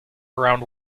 around